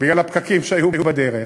בגלל הפקקים שהיו בדרך.